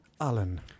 Alan